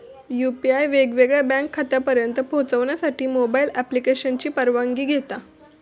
UPI वेगवेगळ्या bank खात्यांपर्यंत पोहचण्यासाठी मोबाईल ॲप्लिकेशनची परवानगी घेता